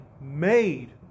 made